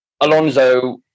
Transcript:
Alonso